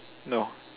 no